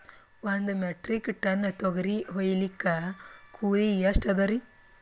ಒಂದ್ metric tonne ತೊಗರಿ ಹೋಯಿಲಿಕ್ಕ ಕೂಲಿ ಎಷ್ಟ ಅದರೀ?